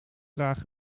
graag